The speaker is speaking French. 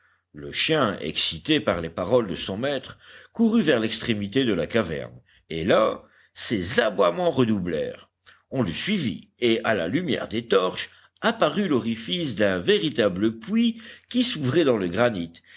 le chien excité par les paroles de son maître courut vers l'extrémité de la caverne et là ses aboiements redoublèrent on le suivit et à la lumière des torches apparut l'orifice d'un véritable puits qui s'ouvrait dans le granit